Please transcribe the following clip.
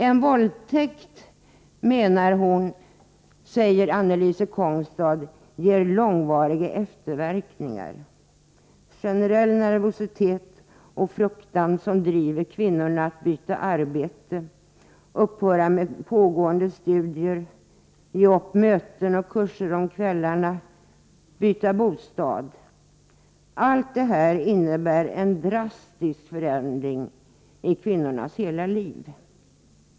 En våldtäkt, säger Annalise Kongstad, ger långvariga efterverkningar: generell nervositet och fruktan som driver kvinnorna att byta arbete, att upphöra med pågående studier, att ge upp möten och kurser om kvällarna och att byta bostad. Allt detta innebär en drastisk förändring i kvinnornas liv.